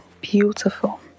beautiful